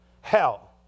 hell